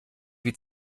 wie